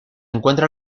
encuentra